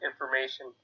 information